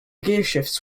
gearshifts